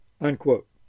Unquote